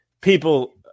people –